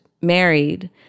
married